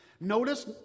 notice